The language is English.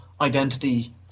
identity